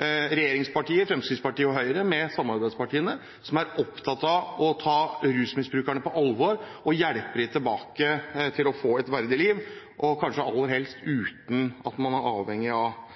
regjeringspartier, Fremskrittspartiet og Høyre, som sammen med samarbeidspartiene er opptatt av å ta rusmisbrukerne på alvor, og hjelpe dem til å få et verdig liv – kanskje aller helst uten at man er avhengig av